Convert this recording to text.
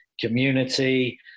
community